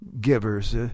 givers